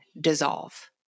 dissolve